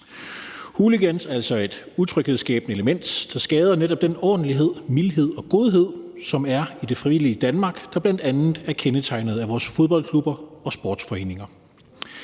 Hooligans er altså et utryghedsskabende element, der skader netop den ordentlighed, mildhed og godhed, som der er i det frivillige Danmark, der bl.a. er kendetegnet ved vores fodboldklubber og sportsforeninger.